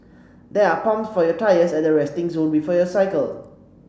there are pumps for your tyres at the resting zone before you cycle